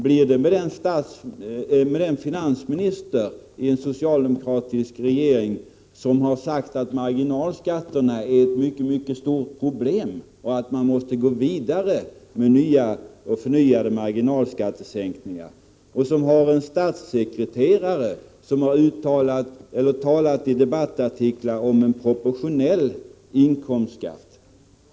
Blir det med den finansminister i en socialdemokratisk regering som har sagt att marginalskatterna är ett mycket mycket stort problem och att man måste gå vidare med nya och förnyade marginalskattesänkningar och som även har en statssekreterare som i debattartiklar talat om en proportionell inkomstskatt?